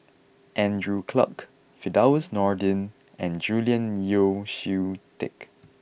Andrew Clarke Firdaus Nordin and Julian Yeo See Teck